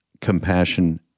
compassion